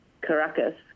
Caracas